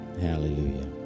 hallelujah